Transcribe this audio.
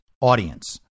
audience